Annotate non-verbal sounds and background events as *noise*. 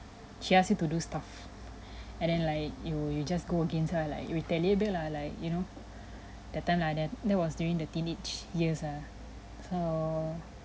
she ask you to do stuff *breath* and then like you you just go against her like you retaliate a bit lah like you know *breath* that time lah that that was during the teenage years ah so